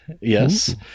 Yes